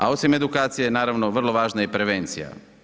A osim edukacije, naravno, vrlo važna je i prevencija.